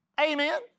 Amen